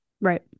right